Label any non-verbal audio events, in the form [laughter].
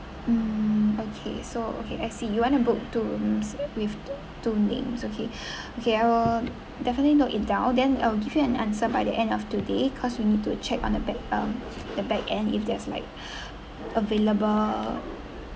mm okay so okay l see you want to book two rooms with two names okay [breath] okay I will definitely note it down then I'll give you an answer by the end of today cause we need to check on the back um the back end if there's like [breath] available